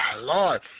Lord